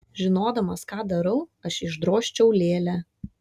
žinodamas ką darau aš išdrožčiau lėlę